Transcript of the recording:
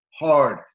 hard